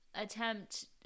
attempt